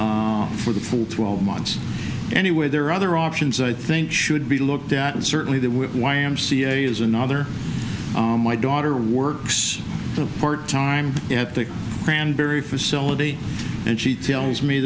for the full twelve months anyway there are other options i think should be looked at and certainly the y m c a is another my daughter works part time at the cranberry facility and she tells me